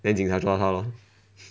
then 警察抓他 lor